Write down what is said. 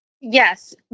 Yes